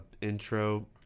intro